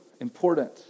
important